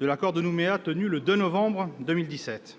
de l'accord de Nouméa, tenu le 2 novembre 2017.